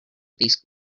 these